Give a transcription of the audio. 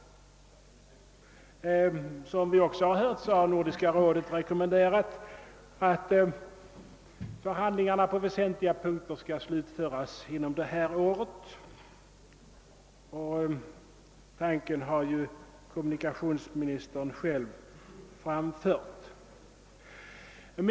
Som vi hört har Nordiska rådet rekommenderat att förhandlingarna på väsentliga punkter slutförs inom detta år. Kommunikationsministern har själv framfört den tanken i rådet.